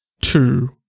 two